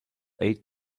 aid